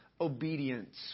obedience